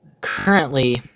Currently